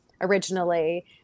originally